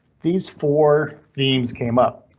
these four themes came up,